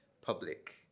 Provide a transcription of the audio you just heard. public